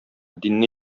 динне